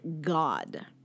God